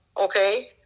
Okay